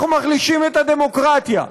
אנחנו מחלישים את הדמוקרטיה,